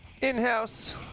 In-house